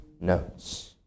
notes